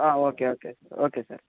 okay okay okay sir